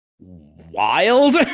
wild